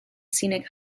scenic